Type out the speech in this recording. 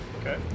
Okay